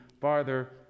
farther